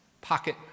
pocket